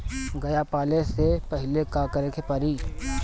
गया पाले से पहिले का करे के पारी?